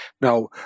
Now